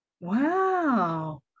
Wow